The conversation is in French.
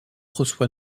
reçoit